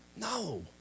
No